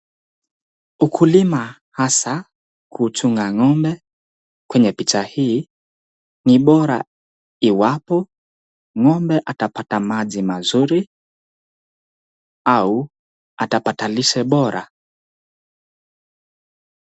Ukulima hasa kuchunga ngombe, kwenye picha hii ni bora iwapo ngombe atapata maji mazuri au atapata lishe Bora.